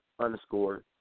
underscore